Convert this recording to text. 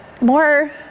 more